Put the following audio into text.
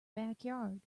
backyard